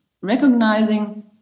recognizing